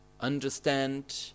understand